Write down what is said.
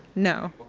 no.